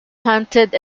hunted